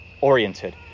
oriented